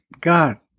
God